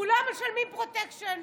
כולם משלמים פרוטקשן.